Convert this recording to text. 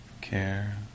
care